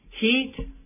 Heat